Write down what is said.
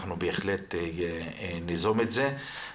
אנחנו בהחלט ניזום את זה.